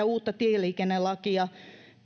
uutta tieliikennelakia